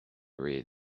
read